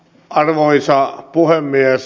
arvoisa puhemies